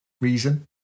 reason